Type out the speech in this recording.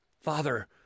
Father